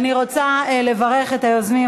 אני רוצה לברך את היוזמים,